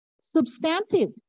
substantive